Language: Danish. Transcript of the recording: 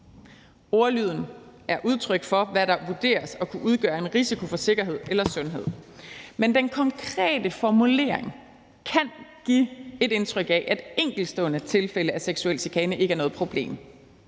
Ordlyden er et udtryk for, hvad der vurderes at kunne udgøre en risiko i forhold til sikkerhed eller sundhed. Men den konkrete formulering kan give et indtryk af, at enkeltstående tilfælde af seksuel chikane ikke er noget problem.